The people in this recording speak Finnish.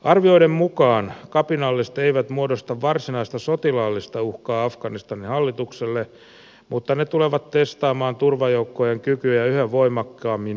arvioiden mukaan kapinalliset eivät muodosta varsinaista sotilaallista uhkaa afganistanin hallitukselle mutta ne tulevat testaamaan turvajoukkojen kykyä yhä voimakkaammin iskuin